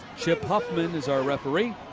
chip huffman is our referee.